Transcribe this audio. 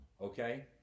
okay